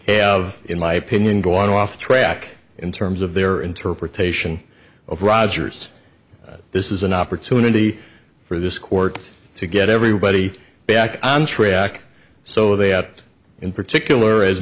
have in my opinion go off track in terms of their interpretation of rodgers this is an opportunity for this court to get everybody back on track so that in particular